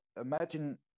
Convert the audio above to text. imagine